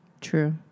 True